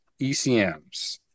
ECMs